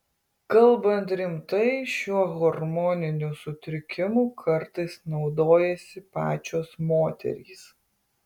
kalbant rimtai šiuo hormoniniu sutrikimu kartais naudojasi pačios moterys